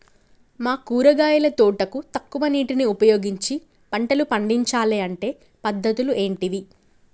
మా కూరగాయల తోటకు తక్కువ నీటిని ఉపయోగించి పంటలు పండించాలే అంటే పద్ధతులు ఏంటివి?